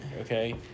Okay